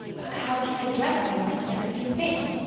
but how can i dress me when i can't see a thing?